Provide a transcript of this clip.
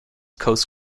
coast